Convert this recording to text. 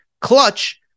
Clutch